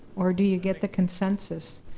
or do you get the consensus?